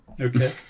Okay